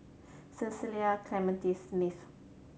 Cecil Clementi Smith